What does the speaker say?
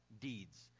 deeds